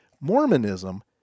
Mormonism